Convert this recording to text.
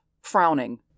frowning